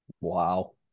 Wow